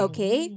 Okay